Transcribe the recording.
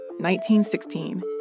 1916